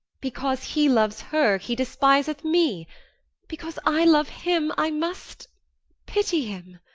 because he loves her, he despiseth me because i love him, i must pity him.